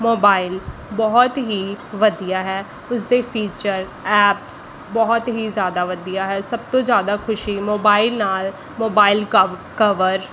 mobile ਬਹੁਤ ਹੀ ਵਧੀਆ ਹੈ ਉਸਦੇ ਫੀਚਰ ਐਪਸ ਬਹੁਤ ਹੀ ਜ਼ਿਆਦਾ ਵਧੀਆ ਹੈ ਸਭ ਤੋਂ ਜ਼ਿਆਦਾ ਖੁਸ਼ੀ ਮੋਬਾਈਲ ਨਾਲ ਮੋਬਾਈਲ ਕਵ ਕਵਰ